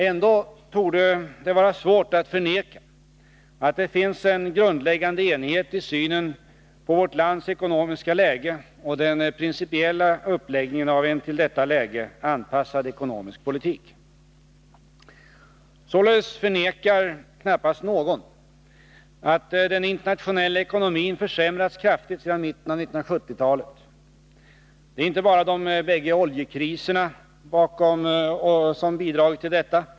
Ändå torde det vara svårt att förneka att det finns en grundläggande enighet i synen på vårt lands ekonomiska läge och den principiella uppläggningen av en till detta läge anpassad ekonomisk politik. Således förnekar knappast någon att den internationella ekonomin försämrats kraftigt sedan mitten av 1970-talet. Det är inte bara de bägge oljekriserna som bidragit till detta.